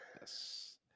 Yes